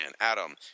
Adam